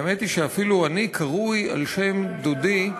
האמת היא שאפילו אני קרוי על-שם דודי,